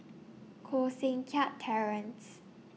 Koh Seng Kiat Terence